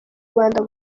rwanda